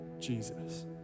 Jesus